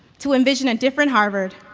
to envision a different harvard,